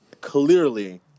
clearly